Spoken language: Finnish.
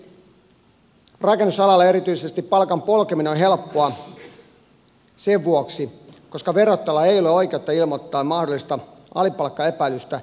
lisäksi rakennusalalla erityisesti palkan polkeminen on helppoa sen vuoksi koska verottajalla ei ole oikeutta ilmoittaa mahdollisesta alipalkkaepäilystä työsuojeluviranomaiselle